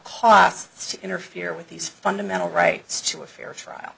to interfere with these fundamental rights to a fair trial